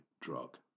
drug